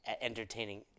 entertaining